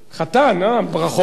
חתן, ברכות.